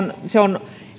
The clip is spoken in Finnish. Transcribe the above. se on